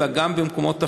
אלא גם במקומות אחרים.